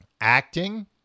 Acting